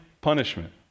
punishment